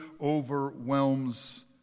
overwhelms